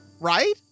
right